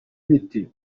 bite